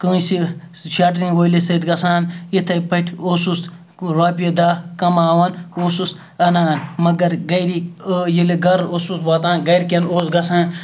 کٲنٛسہِ شَٹرِنٛگ وٲلِس سۭتۍ گژھان یِتھَے پٲٹھۍ اوسُس رۄپیہِ دَہ کَماوان اوسُس اَنان مگر گَرِکۍ ییٚلہِ گَرٕ اوسُس واتان گَرِکٮ۪ن اوس گژھان